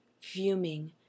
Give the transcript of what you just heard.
fuming